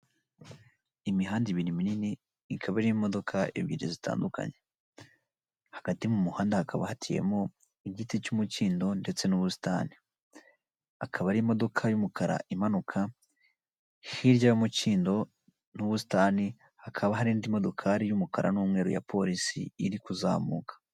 Imihanda ibiri minini ikaba arimodoka ebyiri zitandukanye hagati mu muhanda hakaba hatiwe mo igiti cy'umukindo ndetse n'ubusitani akaba ari imodoka y'umukara imanuka hirya y'umukindo n'ubusitani hakaba hari indi modokari y'umukara n'umweru ya polisi iri kuzamuka.